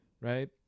Right